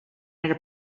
under